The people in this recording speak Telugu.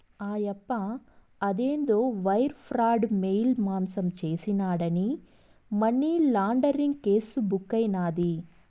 ఆయప్ప అదేందో వైర్ ప్రాడు, మెయిల్ మాసం చేసినాడాని మనీలాండరీంగ్ కేసు బుక్కైనాది